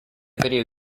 video